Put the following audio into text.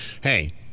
hey